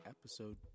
episode